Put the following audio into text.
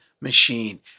machine